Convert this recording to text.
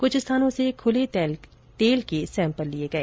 कुछ स्थानों से खुले तेल के सैंपल लिए गए